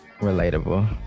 Relatable